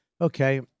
Okay